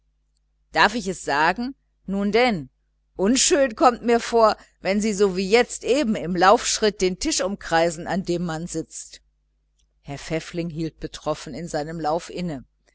darf ich es sagen nun denn unschön kommt mir vor wenn sie so wie jetzt eben im laufschritt den tisch umkreisen an dem man sitzt herr pfäffling hielt betroffen mitten in seinem lauf inne